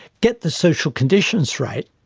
get the social conditions right,